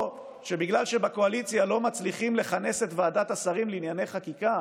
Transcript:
או שבגלל שבקואליציה לא מצליחים לכנס את ועדת השרים לענייני חקיקה